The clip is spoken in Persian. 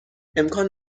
امکان